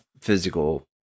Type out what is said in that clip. physical